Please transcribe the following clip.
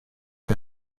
him